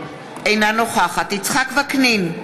אינה נוכחת יצחק וקנין,